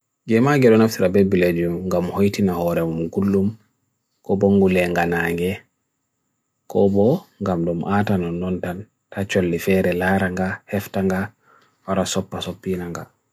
Ge maa geronaftirabe bilejum gam hoitina hoore mungulum Kobongule nga nga nge Kobo gamlum atanon nontan Tatyallifere lara nga, hefta nga, hara sopa sope nga